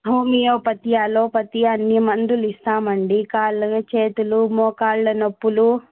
homeopathy allopathy అన్ని మందులు ఇస్తాం అండి కాళ్లు చేతులు మోకాళ్ళ నొప్పులు